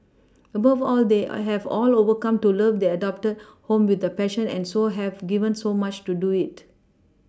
above all they I have all over come to love their adopted home with a passion and so have given so much to do it